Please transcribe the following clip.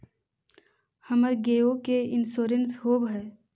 हमर गेयो के इंश्योरेंस होव है?